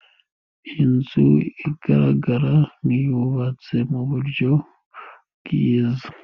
Iyi nzu igaragara nk'iyubatse mu buryo bwiza.